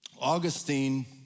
Augustine